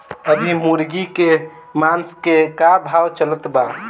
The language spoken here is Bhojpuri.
अभी मुर्गा के मांस के का भाव चलत बा?